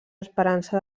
esperança